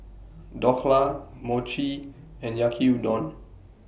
Dhokla Mochi and Yaki Udon